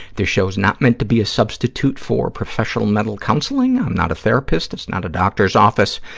this show is not meant to be a substitute for professional mental counseling. i'm not a therapist. it's not a doctor's office.